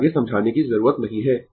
तो आगे समझाने की जरूरत नहीं है